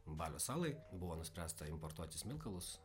balio salai buvo nuspręsta importuoti smilkalus